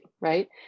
right